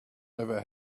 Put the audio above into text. never